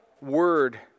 word